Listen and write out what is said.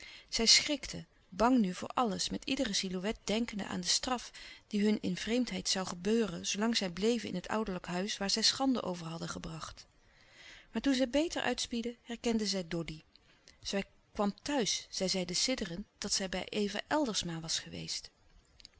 zij schrikten bang nu voor alles met iedere silhouet denkende aan de straf die hun in vreemdheid zoû gebeuren zoolang zij bleven in het ouderlijk huis waar zij schande over hadden gebracht maar toen zij beter louis couperus de stille kracht uitspiedden herkenden zij doddy zij kwam thuis zij zeide sidderend dat zij bij eva eldersma was geweest